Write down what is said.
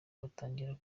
batangira